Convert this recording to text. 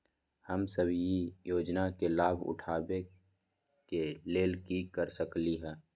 हम सब ई योजना के लाभ उठावे के लेल की कर सकलि ह?